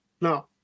no